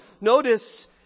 Notice